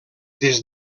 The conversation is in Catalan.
des